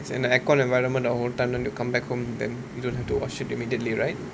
it's in the aircon environment the whole time then you come back home then you don't have to wash it immediately right